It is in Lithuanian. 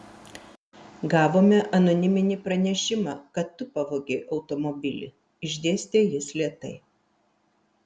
gavome anoniminį pranešimą kad tu pavogei automobilį išdėstė jis lėtai